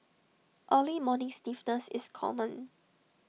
early morning stiffness is common